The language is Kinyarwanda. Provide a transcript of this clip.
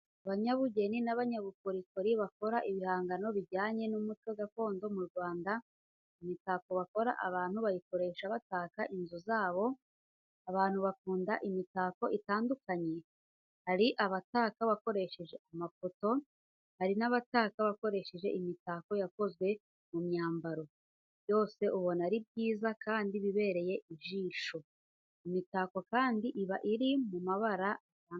Abanyabugeni n'abanyabukorikori bakora ibihangano bijyanye n'umuco gakondo mu Rwanda; Imitako bakora abantu bayikoresha bataka inzu zabo. Abantu bakunda imitako itandukanye, hari abataka bakoresheje amafoto, hari nabataka bakoresheje imitako yakozwe mu myambaro, byose ubona ari byiza kandi bibereye ijisho. Imitako kandi iba iri mu mabara atandukanye.